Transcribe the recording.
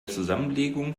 zusammenlegung